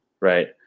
Right